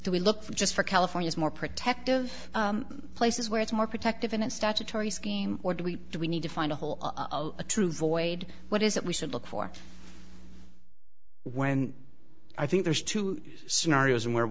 do we look for just for california's more protective places where it's more protective in its statutory scheme or do we do we need to find a whole a true void what is that we should look for when i think there's two scenarios where